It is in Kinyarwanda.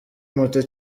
moto